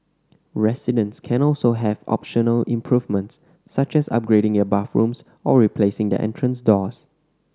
residents can also have optional improvements such as upgrading their bathrooms or replacing their entrance doors